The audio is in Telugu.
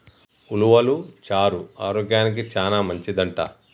ఉలవలు చారు ఆరోగ్యానికి చానా మంచిదంట